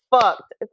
fucked